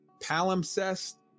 palimpsest